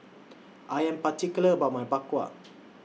I Am particular about My Bak Kwa